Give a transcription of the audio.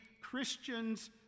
christians